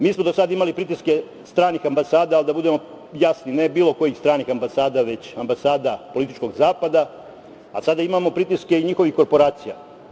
Mi smo do sada imali pritiske stranih ambasada, ali da budemo jasni, ne bilo kojih stranih ambasada, već ambasada političkog zapada, a sada imamo i pritiske njihovih korporacija.